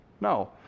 No